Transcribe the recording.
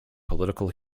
political